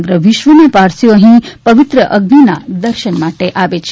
સમગ્ર વિશ્વના પારસીઓ અહીં પવિત્ર અઝિના દર્શન માટે આવે છે